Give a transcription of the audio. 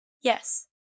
yes